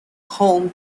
home